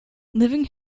living